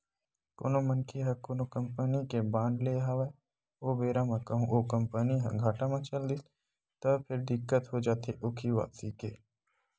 कोनो मनखे ह कोनो कंपनी के बांड लेय हवय ओ बेरा म कहूँ ओ कंपनी ह घाटा म चल दिस त फेर दिक्कत हो जाथे ओखी वापसी के